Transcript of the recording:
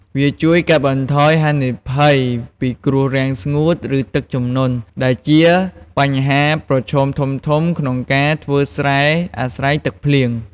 វាជួយកាត់បន្ថយហានិភ័យពីគ្រោះរាំងស្ងួត ឬទឹកជំនន់ ដែលជាបញ្ហាប្រឈមធំៗក្នុងការធ្វើស្រែអាស្រ័យទឹកភ្លៀង។